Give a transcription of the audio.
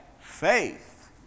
faith